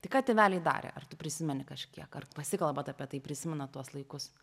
tai ką tėveliai darė ar tu prisimeni kažkiek ar pasikalbat apie tai prisimenat tuos laikus